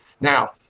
Now